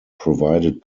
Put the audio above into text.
provided